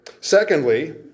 Secondly